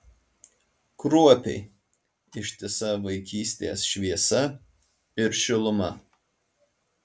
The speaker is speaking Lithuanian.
kruopiai ištisa vaikystės šviesa ir šiluma